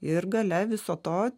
ir gale viso to